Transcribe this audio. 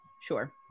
Sure